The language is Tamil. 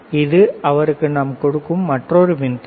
இது அவருக்கு நான் கொடுக்கும் மற்றொரு மின்தடை